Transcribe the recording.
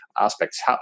aspects